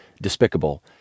despicable